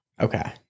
okay